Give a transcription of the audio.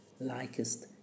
likest